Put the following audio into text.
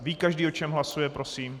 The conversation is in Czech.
Ví každý, o čem hlasuje, prosím?